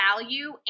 Value